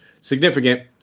significant